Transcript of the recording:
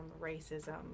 racism